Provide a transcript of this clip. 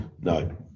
no